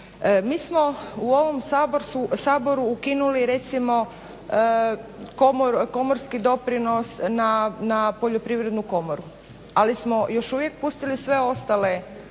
Mi smo u ovom saboru ukinuli recimo komorski doprinos na poljoprivrednu komoru ali smo još uvijek pustili sve ostale